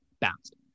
Bounced